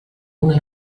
una